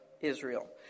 Israel